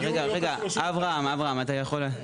רגע, רגע, אברהם אתה יכול לשבת.